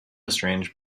strange